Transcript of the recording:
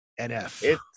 NF